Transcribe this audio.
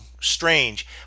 strange